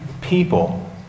people